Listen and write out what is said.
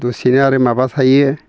दसेनो आरो माबा थायो